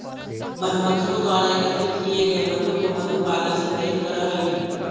मधुमक्खियों द्वारा एकत्रित किए गए मधु को मधु पालक संग्रहित करअ हई